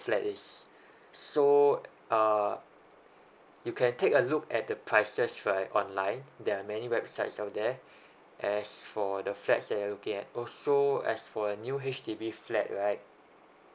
flat is so uh you can take a look at the prices right online there many websites out there as for the flats they're looking also as for a new H_D_B flat right